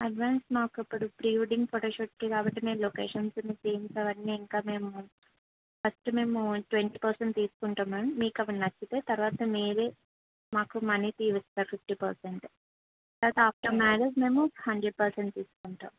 advance మాకు అక్కడ pre wedding ఫోటోషూట్కి కాబట్టి నేను లొకేషన్స్ మీకు థీమ్స్ అవన్నీ ఇంకా మేము ఫస్ట్ మేము ట్వంటీ పర్సెంట్ తీసుకుంటాం మ్యామ్ మీకు అవి నచ్చితే తర్వాత మీరే మాకు మనీ ఫీజ్ ఇస్తారు ఫిఫ్టీ పర్సెంట్ తరవాత ఆఫ్టర్ మ్యారేజ్ మేము హాండ్రెడ్ పర్సెంట్ తీసుకుంటాం